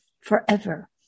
forever